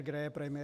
Kde je premiér?